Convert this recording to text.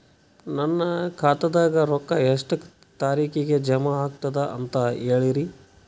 ನನ್ನ ಖಾತಾದಾಗ ರೊಕ್ಕ ಎಷ್ಟ ತಾರೀಖಿಗೆ ಜಮಾ ಆಗತದ ದ ಅಂತ ಹೇಳರಿ?